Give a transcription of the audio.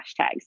hashtags